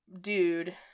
dude